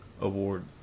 award